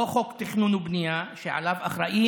לא חוק התכנון והבנייה, שעליו אחראית